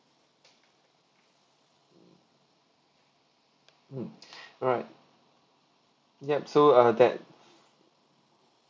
mm alright yup so uh that